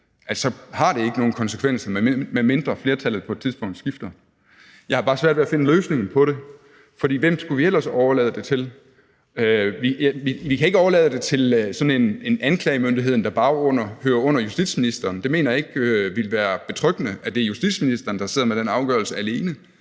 altså at det ikke har nogen konsekvenser, medmindre flertallet på et tidspunkt skifter. Jeg har bare svært ved at finde løsningen på det. For hvem skulle vi ellers overlade det til? Vi kan ikke overlade det til sådan en anklagemyndighed, der bare hører under justitsministeren. Jeg mener ikke, at det ville være betryggende, at det er justitsministeren, der sidder med den afgørelse alene,